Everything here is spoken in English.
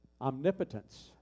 omnipotence